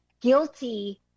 guilty